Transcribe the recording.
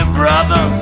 brother